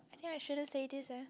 I think I shouldn't say this eh